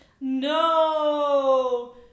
No